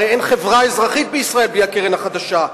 הרי אין חברה אזרחית בישראל בלי הקרן החדשה.